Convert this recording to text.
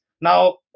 Now